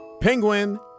Penguin